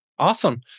Awesome